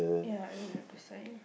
ya I don't have the sign